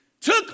took